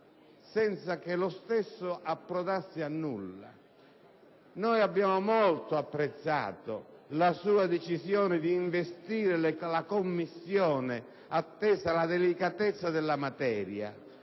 senza che lo stesso potesse approdare a nulla. Abbiamo molto apprezzato la sua decisione di investire la Commissione, attesa la delicatezza della materia;